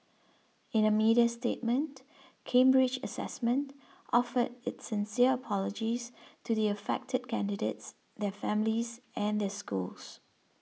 in a media statement Cambridge Assessment offered its sincere apologies to the affected candidates their families and their schools